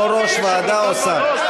או יושב-ראש ועדה או שר.